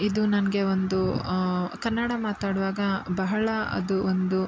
ಇದು ನನಗೆ ಒಂದು ಕನ್ನಡ ಮಾತಾಡುವಾಗ ಬಹಳ ಅದು ಒಂದು